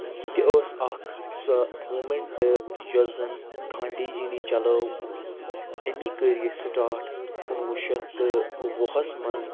یہِ تہِ ٲس اکھ سۄ موٗمیٚنٹہٕ یۄس زن گاندھی جی نٕے چَلٲو أمی کٔر یہِ سِٹارٹ کُنوُہ شیٚتھ تہٕ وُہَس مَنٛز